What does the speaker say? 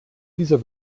dieser